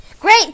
Great